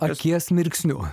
akies mirksniu